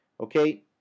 Okay